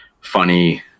funny